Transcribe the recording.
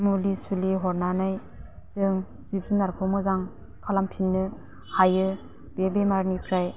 मुलि सुलि हरनानै जों जिब जुनारखौ मोजां खालामफिन्नो हायो बे बेमारनिफ्राय